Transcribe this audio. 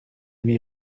lui